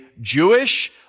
Jewish